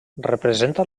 representa